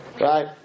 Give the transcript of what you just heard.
right